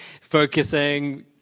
Focusing